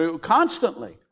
constantly